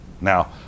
now